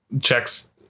checks